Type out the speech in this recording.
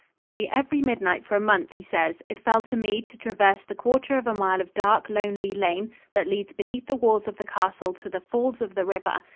nearly every midnight for a month, he says, it fell to me to traverse the quarter of a mile of dark, lonely lane that leads beneath the walls of the castle to the falls of the river,